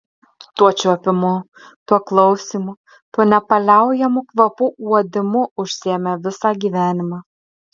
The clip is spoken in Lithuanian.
tuo čiuopimu tuo klausymu tuo nepaliaujamu kvapų uodimu užsiėmė visą gyvenimą